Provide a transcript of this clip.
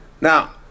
Now